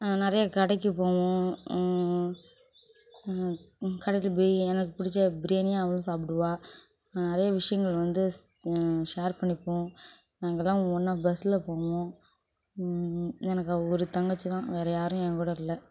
நிறைய கடைக்கு போவோம் கடைக்கு போயி எனக்கு பிடிச்ச பிரியாணி அவளும் சாப்பிடுவாள் நிறைய விஷயங்கள் வந்து ஷேர் பண்ணிப்போம் நாங்கள் எல்லாம் ஒன்றா பஸ்ஸில் போவோம் எனக்கு அவள் ஒரு தங்கச்சி தான் வேற யாரும் ஏன் கூட இல்லை